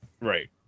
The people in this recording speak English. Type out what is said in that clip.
Right